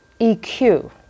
EQ